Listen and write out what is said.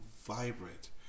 vibrant